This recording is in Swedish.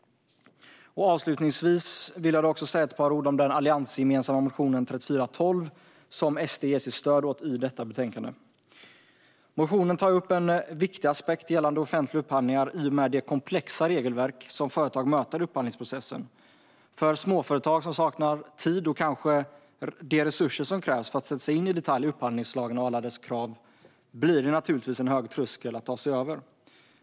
Avslutningsvis vill jag säga några ord om den alliansgemensamma motionen 2017/18:3412, som SD ger sitt stöd åt i detta betänkande. Motionen tar upp en viktig aspekt gällande offentliga upphandlingar med tanke på det komplexa regelverk som företag möter i upphandlingsprocessen. För småföretag som saknar den tid och de resurser som krävs för att sätta sig in i detalj i upphandlingskraven blir det naturligtvis en hög tröskel att ta sig över.